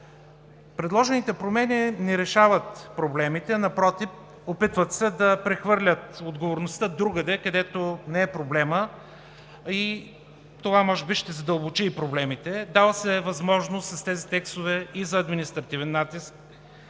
Предложените промени не решават проблемите, напротив – опитват се да прехвърлят отговорността другаде, където не е проблемът. Това може би ще задълбочи и проблемите. Дава се възможност с тези текстове и за административен натиск,